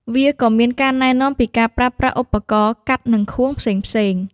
វាក៏មានការណែនាំពីការប្រើប្រាស់ឧបករណ៍កាត់និងខួងផ្សេងៗគ្នា។